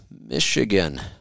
Michigan